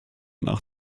nach